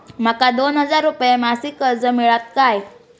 माका दोन हजार रुपये मासिक कर्ज मिळात काय?